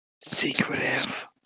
secretive